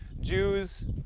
Jews